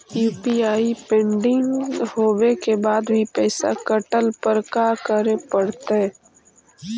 UPI pending होवे के बाद भी पैसा कटला पर का करे पड़तई?